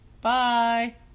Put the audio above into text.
Bye